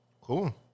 Cool